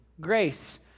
grace